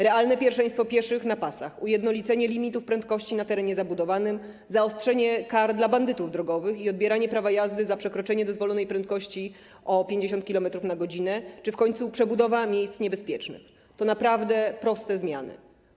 Realne pierwszeństwo pieszych na pasach, ujednolicenie limitów prędkości w terenie zabudowanym, zaostrzenie kar dla bandytów drogowych i odbieranie prawa jazdy za przekroczenie dozwolonej prędkości o 50 km/h czy w końcu przebudowa miejsc niebezpiecznych - to naprawdę proste zmiany.